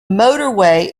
motorway